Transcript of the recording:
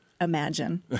Imagine